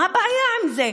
מה הבעיה עם זה?